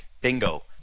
Bingo